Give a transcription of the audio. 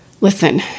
Listen